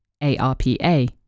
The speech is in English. ARPA